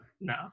No